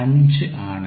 5 ആണ്